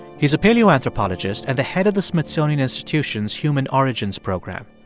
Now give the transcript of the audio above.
he's a paleoanthropologist and the head of the smithsonian institution's human origins program.